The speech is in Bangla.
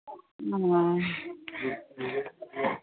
ও